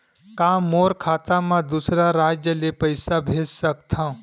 का मोर खाता म दूसरा राज्य ले पईसा भेज सकथव?